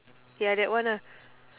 ya that one ah